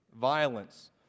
violence